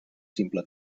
simple